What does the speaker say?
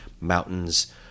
mountains